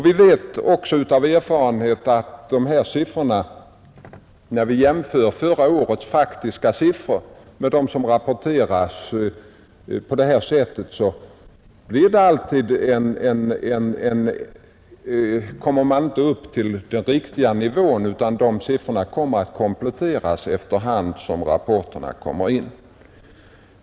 Vi vet också av erfarenhet att de preliminära talen kommer att öka. Den riktiga nivån nås då siffrorna efter hand kompletteras.